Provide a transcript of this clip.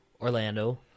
Orlando